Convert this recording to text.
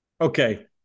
okay